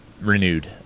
renewed